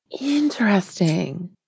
Interesting